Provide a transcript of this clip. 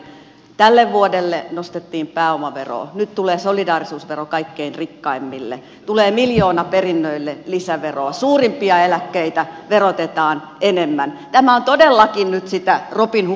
tälle vuodelle nostettiin pääomaveroa nyt tulee solidaarisuusvero kaikkein rikkaimmille tulee miljoonaperinnöille lisäveroa suurimpia eläkkeitä verotetaan enemmän tämä on todellakin nyt sitä robinhood politiikkaa